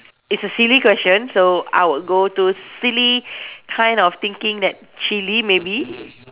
it's a silly question so I'll go to silly kind of thinking that chili maybe